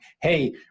hey